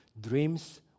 Dreams